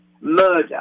murder